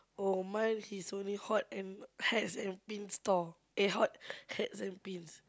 oh mine is only hot and hats and pins stall eh hot hats and pins